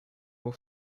will